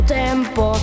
tempo